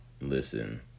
listen